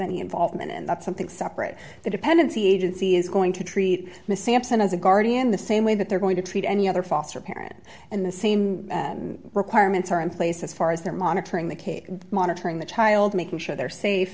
any involvement in that's something separate the dependency agency is going to treat missy absent as a guardian the same way that they're going to treat any other foster parent and the same requirements are in place as far as they're monitoring the case and monitoring the child making sure they're safe